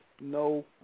No